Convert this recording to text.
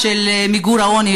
כתוצאה ממיגור העוני,